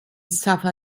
suffer